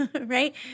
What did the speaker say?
right